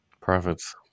Profits